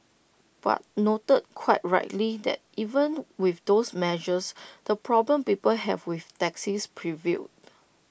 but noted quite rightly that even with those measures the problems people have with taxis prevailed